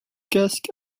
casks